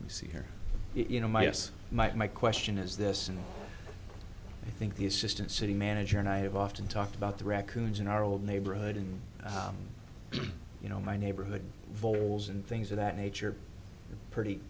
don't we see here you know my guess my question is this and i think the assistant city manager and i have often talked about the raccoons in our old neighborhood and you know my neighborhood voles and things of that nature pretty